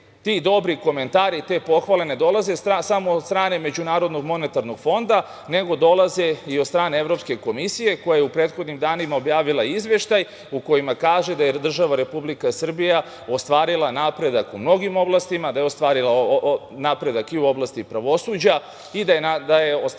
ti dobri komentari i te pohvale ne dolaze samo od strane Međunarodnog monetarnog fonda, nego dolaze i od strane Evropske komisija koja je u prethodnim danima objavila Izveštaj u kojem kaže da je država Republika Srbija ostvarila napredak u mnogim oblastima, da je ostvarila napredak u oblasti pravosuđa i da je ostvarila